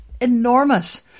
enormous